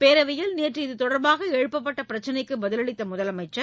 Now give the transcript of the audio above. பேரவையில் நேற்று இது தொடர்பாக எழுப்பப்பட்ட பிரச்சினைக்கு பதிலளித்த முதலமைச்சர்